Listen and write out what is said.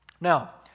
Now